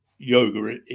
yoga